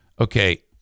Okay